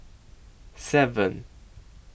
seven